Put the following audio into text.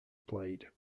played